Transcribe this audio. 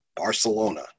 Barcelona